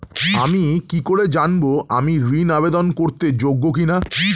আমি কি করে জানব আমি ঋন আবেদন করতে যোগ্য কি না?